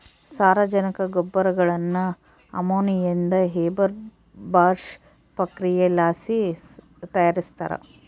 ಸಾರಜನಕ ಗೊಬ್ಬರಗುಳ್ನ ಅಮೋನಿಯಾದಿಂದ ಹೇಬರ್ ಬಾಷ್ ಪ್ರಕ್ರಿಯೆಲಾಸಿ ತಯಾರಿಸ್ತಾರ